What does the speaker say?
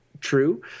true